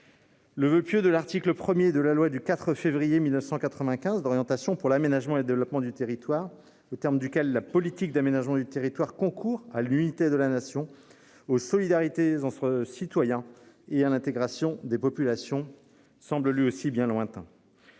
Le voeu pieux de l'article 1 de la loi du 4 février 1995 d'orientation pour l'aménagement et le développement du territoire, aux termes duquel « La politique nationale d'aménagement et de développement durable du territoire concourt à l'unité de la nation, aux solidarités entre citoyens et à l'intégration des populations », semble lui aussi bien lointain.